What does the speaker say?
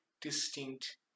distinct